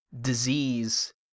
disease